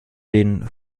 den